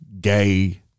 gay